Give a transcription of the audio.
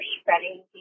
spreading